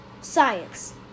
Science